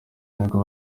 nibo